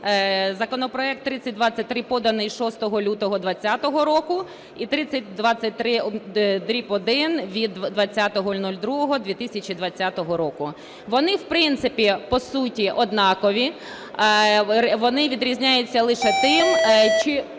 Законопроект 3023 поданий 6 лютого 20-го року і 3023-1 від 20.02.2020 року. Вони в принципі по суті однакові. Вони відрізняються лише тим, чи